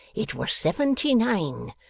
it was seventy-nine